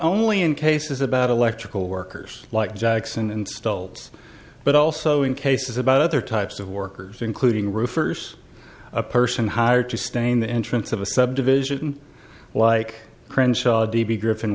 only in cases about electrical workers like jackson and stoltz but also in cases about other types of workers including roofers a person hired to stain the entrance of a subdivision like crenshaw d b griffin